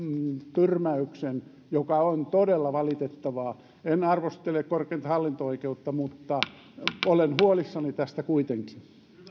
tyrmäyksen mikä on todella valitettavaa en arvostele korkeinta hallinto oikeutta mutta olen huolissani tästä kuitenkin